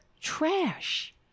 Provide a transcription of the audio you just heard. trash